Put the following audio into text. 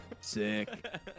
Sick